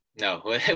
no